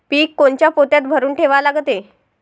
पीक कोनच्या पोत्यात भरून ठेवा लागते?